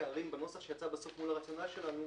הפערים בנוסח שיצא בסוף מול הרציונל שלנו.